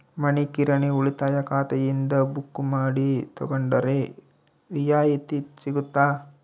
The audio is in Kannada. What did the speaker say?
ಮನಿ ಕಿರಾಣಿ ಉಳಿತಾಯ ಖಾತೆಯಿಂದ ಬುಕ್ಕು ಮಾಡಿ ತಗೊಂಡರೆ ರಿಯಾಯಿತಿ ಸಿಗುತ್ತಾ?